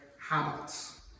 habits